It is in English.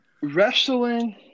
wrestling